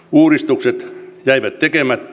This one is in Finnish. uudistukset jäivät tekemättä